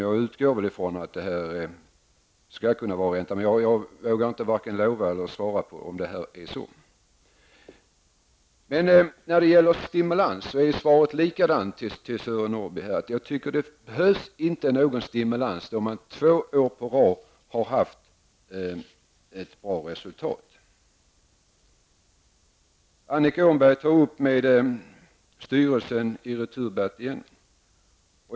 Jag utgår från att det skall kunna utgå ränta, men jag vågar inte lova det eller bestämt säga att det blir så. När det gäller stimulans är svaret till Sören Norrby detsamma. Jag tycker att det inte behövs någon stimulans när man två år i rad haft ett bra resultat. Annika Åhnberg tog återigen upp frågan om representation i styrelsen i Returbatt.